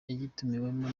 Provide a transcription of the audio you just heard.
yagitumiwemo